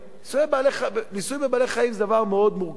ניסוי בבעלי-חיים זה דבר מאוד מורכב,